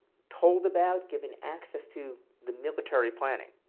told about giving access to the military planning.